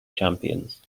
champions